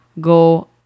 go